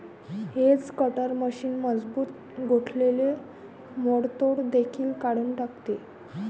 hedge cutter machine मजबूत गोठलेले मोडतोड देखील काढून टाकते